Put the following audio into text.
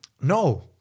No